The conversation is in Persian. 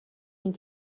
اون